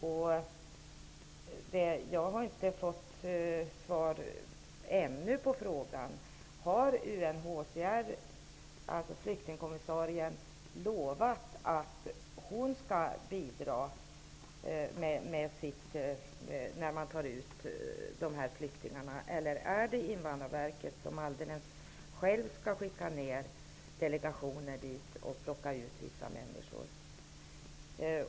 Jag har ännu inte fått svar på frågan om flyktingkommissarien har lovat att själv bidra när man tar ut dessa flyktingar, eller om Invandrarverket alldeles självt skall skicka ner delegationer dit för att plocka ut vissa människor.